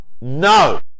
No